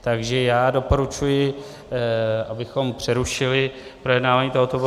Takže já doporučuji, abychom přerušili projednávání tohoto bodu.